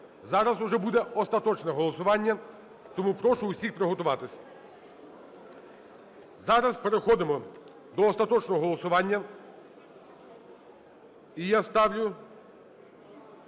зараз уже буде остаточне голосування. Тому прошу всіх приготуватись. Зараз переходимо до остаточного голосування. І я ставлю